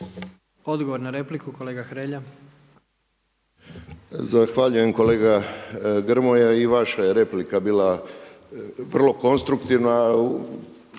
Odgovor na repliku, kolega Hrelja.